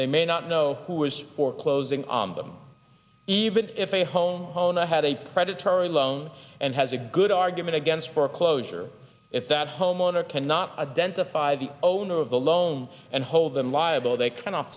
they may not know who was foreclosing on them even if a homeowner had a predatory loan and has a good argument against foreclosure if that homeowner cannot identify the owner of the loan and hold them liable they